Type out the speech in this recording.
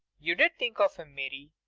you did think of him, mary.